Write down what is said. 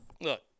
look